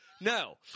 no